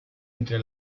entre